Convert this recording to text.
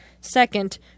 Second